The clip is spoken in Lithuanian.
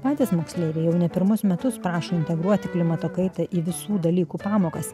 patys moksleiviai jau ne pirmus metus prašo integruoti klimato kaitą į visų dalykų pamokas